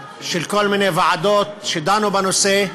של כל מיני ועדות שדנו בנושא.